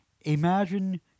Imagine